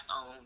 own